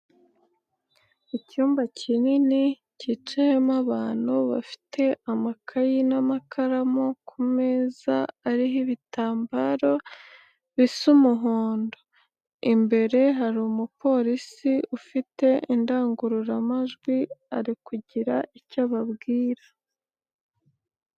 Icyumba kinini kicayemo abantu bafite amakayi n'amakaramu, ku meza ariho ibitambaro bisa umuhondo. Imbere hari umupolisi ufite indangururamajwi ari kugira icyo ababwira.